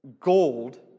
gold